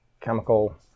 chemical